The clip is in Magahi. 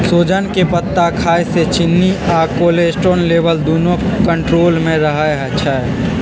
सोजन के पत्ता खाए से चिन्नी आ कोलेस्ट्रोल लेवल दुन्नो कन्ट्रोल मे रहई छई